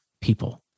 people